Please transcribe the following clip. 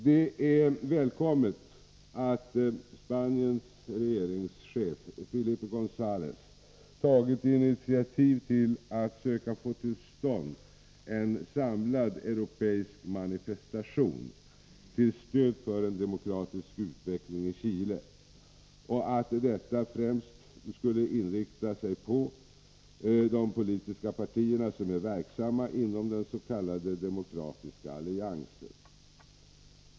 Det är välkommet att Spaniens regeringschef Felipe Gonzalez tagit initiativ till att söka få till stånd en samlad europeisk manifestation till stöd för en demokratisk utveckling i Chile och att detta främst skulle inrikta sig på de politiska partierna som är verksamma inom den s.k. Demokratiska alliansen.